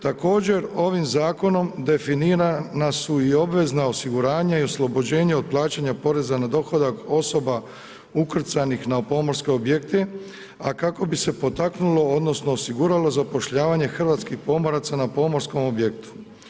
Također ovim zakonom definirana su i obvezna osiguranja i oslobođenja od plaćanja poreza na dohodak osoba ukrcanih na pomorske objekte, a kako bi se potaknulo, odnosno osiguralo zapošljavanje hrvatskih pomoraca na pomorskom objektu.